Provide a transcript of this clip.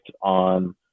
on